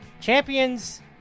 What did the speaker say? Champions